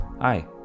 Hi